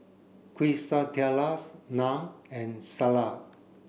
Quesadillas Naan and Salsa